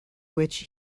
which